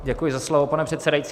Děkuji za slovo, pane předsedající.